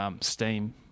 steam